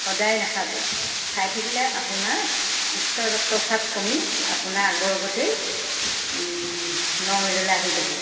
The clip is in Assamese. সদায় নাখাব খাই থাকিলে আপোনাৰ উচ্চ ৰক্তচাপ কমি আপোনাৰ আগৰ আগতেই নৰ্মেললৈ আহি যাব